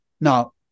now